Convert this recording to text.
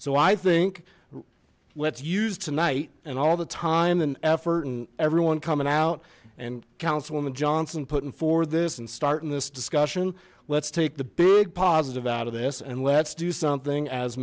so i think let's use tonight and all the time and effort and everyone coming out and councilman johnson putting forward this and starting this discussion let's take the big positive out of this and let's do something as